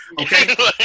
Okay